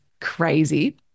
crazy